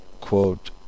quote